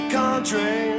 country